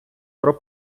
про